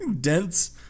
dense